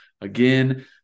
Again